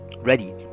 ready